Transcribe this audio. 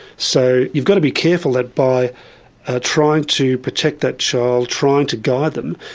so you've got to be careful that by ah trying to protect that child, trying to guide them,